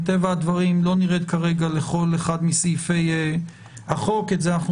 מטבע הדברים לא נרד כרגע לכל אחד מסעיפי החוק את זה אנחנו